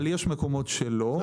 אבל יש מקומות שלא.